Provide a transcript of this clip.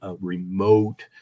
remote